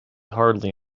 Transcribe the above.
hardly